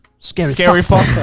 scary scary fuck